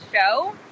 show